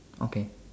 okay